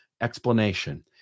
explanation